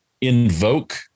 Invoke